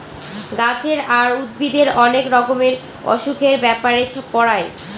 গাছের আর উদ্ভিদের অনেক রকমের অসুখের ব্যাপারে পড়ায়